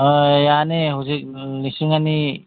ꯑꯥ ꯌꯥꯅꯤ ꯍꯧꯖꯤꯛ ꯂꯤꯁꯤꯡ ꯑꯅꯤ